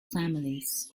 families